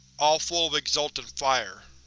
all full of exultant fire.